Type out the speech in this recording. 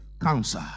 cancer